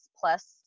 plus